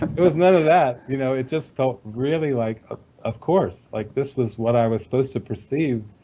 it was none of that. you know it just felt really like, ah of course, like this was what i was supposed to perceive.